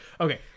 Okay